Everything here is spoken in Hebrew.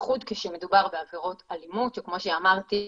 בייחוד כשמדובר בעבירות אלימות כמו שאמרתי,